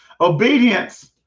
Obedience